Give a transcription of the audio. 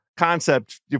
concept